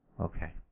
Okay